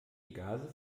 gase